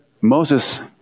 Moses